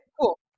Cool